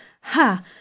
ha